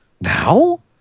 now